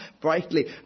brightly